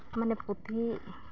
ᱢᱟᱱᱮ ᱯᱩᱛᱷᱤ